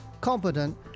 competent